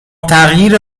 تغییر